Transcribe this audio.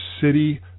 city